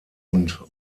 und